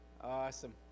Awesome